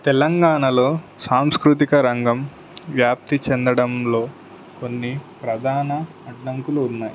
తెలంగాణలో సాంస్కృతిక రంగం వ్యాప్తి చెందడంలో కొన్ని ప్రధాన అడ్డంకులు ఉన్నాయి